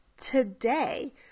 today